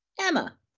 emma